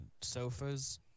sofas